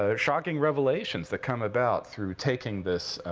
ah shocking revelations that come about through taking this,